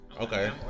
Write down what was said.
Okay